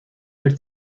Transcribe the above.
der